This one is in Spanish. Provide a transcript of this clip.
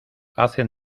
hacen